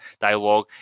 dialogue